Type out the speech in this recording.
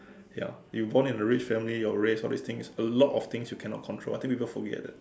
ya you born in a rich family your race all this things a lot of things you cannot control I think people forget that